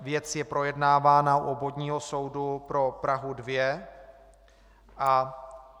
Věc je projednávána u Obvodního soudu pro Prahu 2.